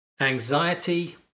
anxiety